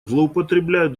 злоупотребляют